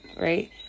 right